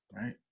Right